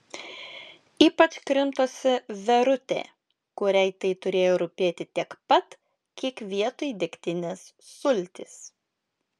ypač krimtosi verutė kuriai tai turėjo rūpėti tiek pat kiek vietoj degtinės sultys